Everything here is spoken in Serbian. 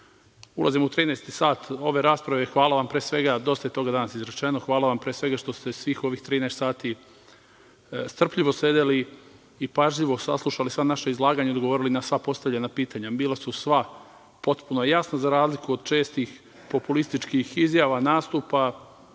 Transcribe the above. ulazimo u 13 sat ove rasprave i hvala vam, pre svega, dosta je toga danas izrečeno, i hvala vam što ste svih ovih 13 sati strpljivo sedeli i pažljivo saslušali sva naša izlaganja i odgovorili na sva postavljena pitanja. Bila su sva potpuno jasna, za razliku od čestih populističkih izjava, nastupa,